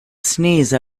sneeze